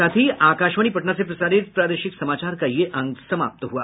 इसके साथ ही आकाशवाणी पटना से प्रसारित प्रादेशिक समाचार का ये अंक समाप्त हुआ